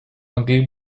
могли